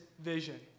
vision